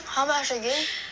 how much again